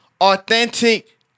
authentic